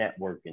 networking